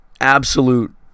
absolute